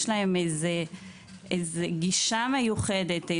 יש להם איזו גישה מיוחדת,